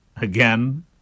again